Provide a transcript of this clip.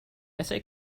essay